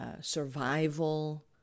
survival